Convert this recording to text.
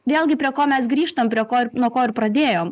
vėlgi prie ko mes grįžtam prie ko nuo ko ir pradėjom